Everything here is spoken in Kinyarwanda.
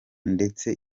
ndetse